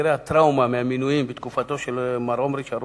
נראה שהטראומה מהמינויים בתקופתו של מר עמרי שרון,